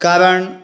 कारण